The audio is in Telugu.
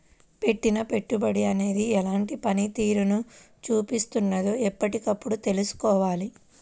పెట్టిన పెట్టుబడి అనేది ఎలాంటి పనితీరును చూపిస్తున్నదో ఎప్పటికప్పుడు తెల్సుకోవాలి